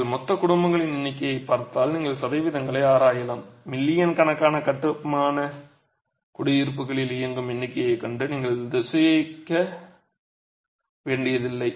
நீங்கள் மொத்த குடும்பங்களின் எண்ணிக்கையைப் பார்த்தால் நீங்கள் சதவீதங்களை ஆராயலாம் மில்லியன் கணக்கான கட்டப்பட்ட குடியிருப்புகளில் இயங்கும் எண்ணிக்கையைக் கண்டு நீங்கள் திகைக்க வேண்டியதில்லை